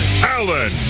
Allen